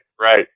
right